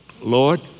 Lord